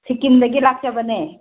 ꯁꯤꯛꯀꯤꯝꯗꯒꯤ ꯂꯥꯛꯆꯕꯅꯦ